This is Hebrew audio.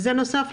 אתם מכוונים